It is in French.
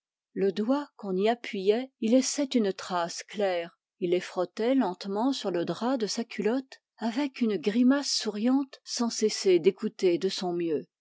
le doigt qu'on y appuyait y laissait une trace claire il les frottait lentement sur le drap de sa culotte avec une grimace souriante sans cesser d'écouter de son mieux